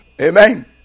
Amen